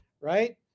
right